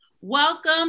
Welcome